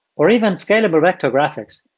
or even scalable vector graphics,